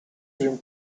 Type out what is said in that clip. cream